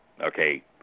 okay